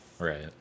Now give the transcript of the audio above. right